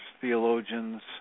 theologians